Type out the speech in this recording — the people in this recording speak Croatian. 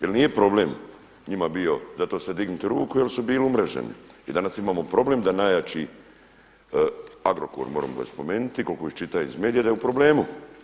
Jel nije problem njima bio za to sve dignuti ruku jel su bili umreženi i danas imamo problem da najjači Agrokor moram ga spomenuti koliko čitam iz medija da je u problemu.